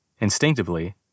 Instinctively